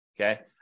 Okay